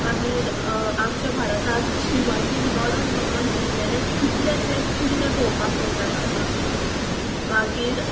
मागीर आमच्या भारतांत शिवाजीन लोडोन झगडोन जिकलेले कितले सेत किल्ले पळोवपाक मेळटात आमकां मागीर